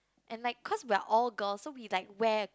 at like cause we are all girl so we like wear